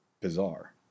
bizarre